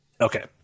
Okay